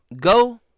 go